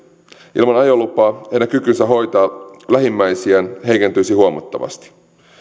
ilman ajolupaa heidän kykynsä hoitaa lähimmäisiään heikentyisi huomattavasti